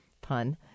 pun